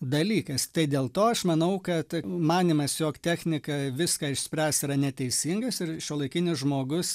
dalykais tai dėl to aš manau kad manymas jog technika viską išspręs yra neteisingas ir šiuolaikinis žmogus